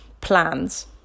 plans